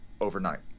overnight